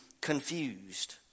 confused